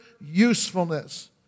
usefulness